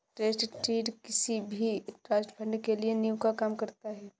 trust deed किसी भी trust fund के लिए नीव का काम करता है